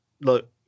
look